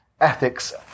ethics